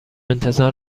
انتظار